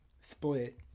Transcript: split